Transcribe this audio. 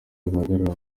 bihagarara